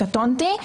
קטונתי,